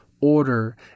order